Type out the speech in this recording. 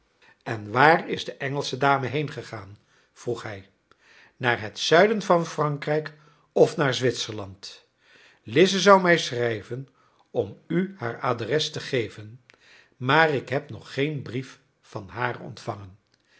en waar is de engelsche dame heengegaan vroeg hij naar het zuiden van frankrijk of naar zwitserland lize zou mij schrijven om u haar adres te geven maar ik heb nog geen brief van haar ontvangen